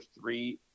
three